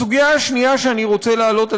הסוגיה השנייה שאני רוצה להעלות על